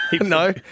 No